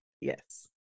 Yes